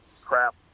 crap